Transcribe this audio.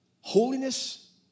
holiness